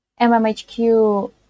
MMHQ